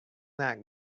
that